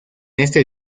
este